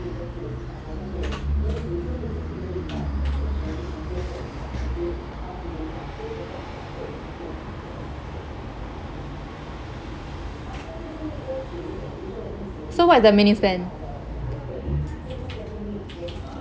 so what is the minimum spend